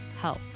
help